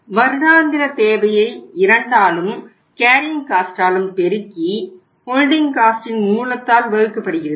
வருடாந்திர தேவையை 2 ஆலும் கேரியிங் காஸ்ட் மூலத்தால் வகுக்கப்படுகிறது